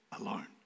alone